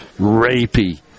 rapey